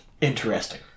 interesting